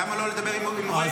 למה לא לדבר עם ראש רמ"י,